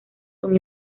son